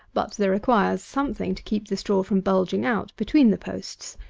but there requires something to keep the straw from bulging out between the posts.